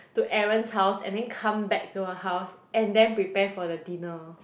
to Aaron's house and then come back to her house and then prepare for the dinner